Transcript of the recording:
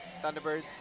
Thunderbirds